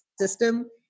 system